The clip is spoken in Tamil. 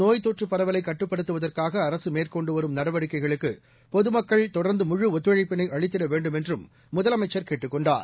நோய் தொற்று பரவலை கட்டுப்படுத்துவதற்காக அரசு மேற்கொண்டு வரும் இந்த நடவடிக்கைகளுக்கு பொதுமக்கள் தொடா்ந்து முழு ஒத்துழைப்பினை அளித்திட வேண்டுமென்றும் முதலமைச்சர் கேட்டுக் கொண்டார்